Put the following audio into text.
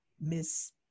Miss